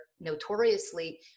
notoriously